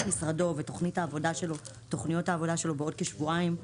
משרדו ותכניות העבודה שלו בעוד כשבועיים,